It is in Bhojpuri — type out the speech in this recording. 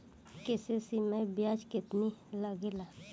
के.सी.सी मै ब्याज केतनि लागेला?